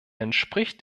entspricht